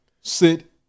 sit